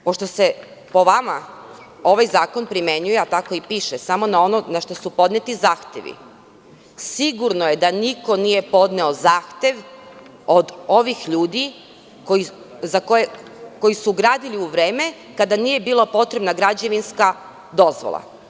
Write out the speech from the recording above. Pošto se po vama ovaj zakon primenjuje, a tako i piše, samo na ono na šta su podneti zahtevi, sigurno je da niko nije podneo zahtevod ovih ljudi koji su gradili u vreme kada nije bila potrebna građevinska dozvola.